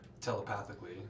Telepathically